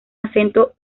acento